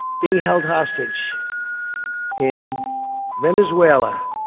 being held hostage in venezuela.